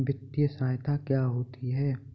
वित्तीय सहायता क्या होती है?